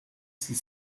six